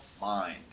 mind